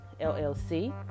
LLC